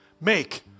make